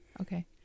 okay